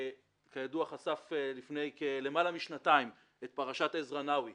כידוע, חשף לפני למעלה משנתיים את פרשת עזרא נאווי